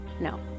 no